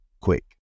quick